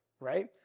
right